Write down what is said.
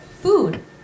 food